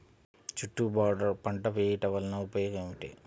చుట్టూ బోర్డర్ పంట వేయుట వలన ఉపయోగం ఏమిటి?